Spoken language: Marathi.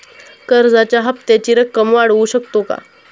कर्जाच्या हप्त्याची रक्कम वाढवू शकतो का?